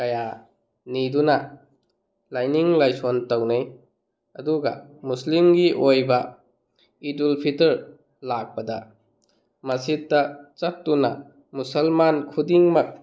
ꯀꯌꯥ ꯅꯤꯗꯨꯅ ꯂꯥꯏꯅꯤꯡ ꯂꯥꯏꯁꯣꯜ ꯇꯧꯅꯩ ꯑꯗꯨꯒ ꯃꯨꯁꯂꯤꯝꯒꯤ ꯑꯣꯏꯕ ꯏꯗꯨꯜ ꯐꯤꯇꯔ ꯂꯥꯛꯄꯗ ꯃꯁꯖꯤꯠꯇ ꯆꯠꯇꯨꯅ ꯃꯨꯁꯜꯃꯥꯟ ꯈꯨꯗꯤꯡꯃꯛ